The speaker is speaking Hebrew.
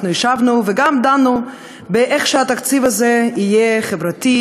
אנחנו ישבנו ודנו איך התקציב הזה יהיה חברתי.